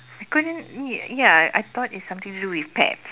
I couldn't ya ya I thought it's something to do with pets